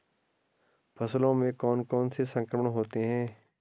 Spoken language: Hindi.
फसलों में कौन कौन से संक्रमण होते हैं?